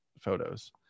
photos